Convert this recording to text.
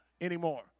anymore